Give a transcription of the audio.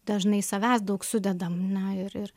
dažnai savęs daug sudedam ar ne ir ir